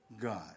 God